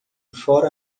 fora